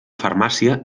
farmàcia